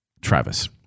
Travis